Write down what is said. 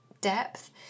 depth